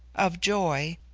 of joy,